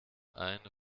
eine